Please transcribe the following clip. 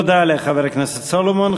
תודה לחבר הכנסת סולומון.